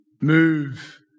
move